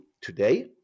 today